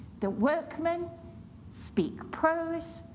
the workmen speak prose,